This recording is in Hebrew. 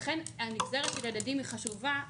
ואכן הנגזרת של הילדים היא חשובה,